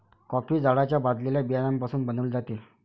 coffee झाडाच्या भाजलेल्या बियाण्यापासून बनविली जाते